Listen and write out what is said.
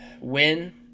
win